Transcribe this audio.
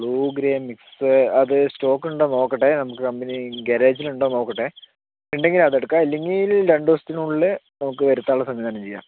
blue grey mix അത് സ്റ്റോക്കുണ്ടോന്ന് നോക്കട്ടെ നമുക്ക് കമ്പനി ഗരേജിൽ ഉണ്ടോന്ന് നോക്കട്ടെ ഉണ്ടെങ്കിൽ അതെടുക്കാം ഇല്ലെങ്കിൽ രണ്ട് ദൂസത്തിനുള്ളെ നമ്മക്ക് വരുത്താനുള്ള സംവിധാനം ചെയ്യാം